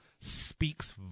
speaks